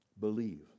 Believe